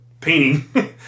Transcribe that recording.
painting